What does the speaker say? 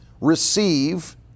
receive